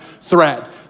threat